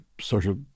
social